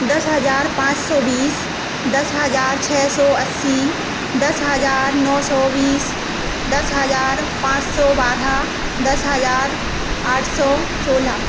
दस हज़ार पाँच सौ बीस दस हज़ार छः सौ अस्सी दस हज़ार नौ सौ बीस दस हज़ार पाँच सौ बारह दस हज़ार आठ सौ सोलह